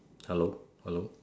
hello hello